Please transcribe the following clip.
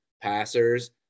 passers